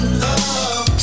love